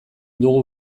dugu